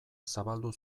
zabaldu